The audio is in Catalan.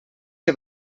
que